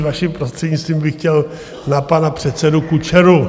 Vaším prostřednictvím bych chtěl na pana předsedu Kučeru.